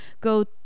go